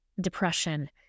depression